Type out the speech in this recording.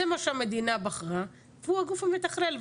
זה מה שהמדינה בחרה והוא הגוף המתכלל.